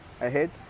ahead